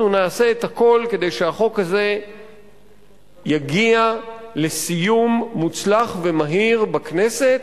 אנחנו נעשה את הכול כדי שהחוק הזה יגיע לסיום מוצלח ומהיר בכנסת,